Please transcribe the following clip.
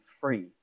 free